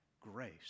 grace